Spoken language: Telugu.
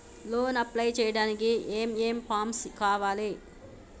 లోన్ అప్లై చేయడానికి ఏం ఏం ఫామ్స్ కావాలే?